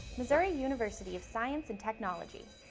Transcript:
missouri university of science and technology.